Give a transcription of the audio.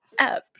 Apps